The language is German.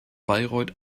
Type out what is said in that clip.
bayreuth